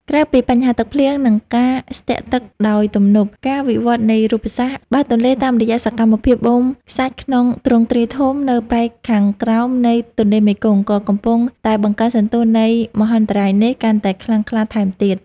ក្រៅពីបញ្ហាទឹកភ្លៀង និងការស្ទាក់ទឹកដោយទំនប់ ការវិវត្តនៃរូបសាស្ត្របាតទន្លេតាមរយៈសកម្មភាពបូមខ្សាច់ក្នុងទ្រង់ទ្រាយធំនៅប៉ែកខាងក្រោមនៃទន្លេមេគង្គ ក៏កំពុងតែបង្កើនសន្ទុះនៃមហន្តរាយនេះកាន់តែខ្លាំងក្លាថែមទៀត។